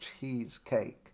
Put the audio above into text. cheesecake